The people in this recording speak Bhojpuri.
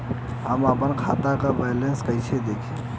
हम आपन खाता क बैलेंस कईसे देखी?